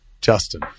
Justin